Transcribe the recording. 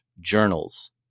journals